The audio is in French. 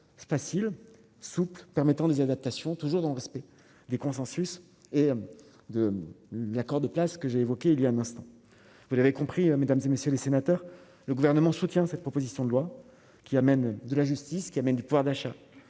facile, souple, permettant des adaptations, toujours dans le respect du consensus et de l'accord de à ce que j'ai évoqué il y a un instant, vous l'avez compris, mesdames et messieurs les sénateurs, le gouvernement soutient cette proposition de loi qui amène de la justice qui amène du pouvoir d'achat